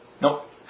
Nope